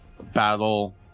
battle